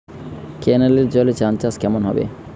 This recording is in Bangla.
কেনেলের জলে ধানচাষ কেমন হবে?